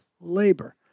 labor